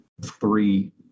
three